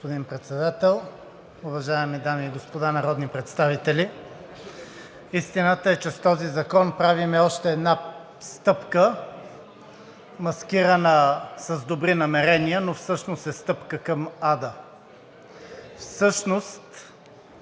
Господин Председател, уважаеми дами и господа народни представители! Истината е, че с този закон правим още една стъпка, маскирана с добри намерения, но всъщност е стъпка към ада. Всъщност